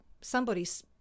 somebody's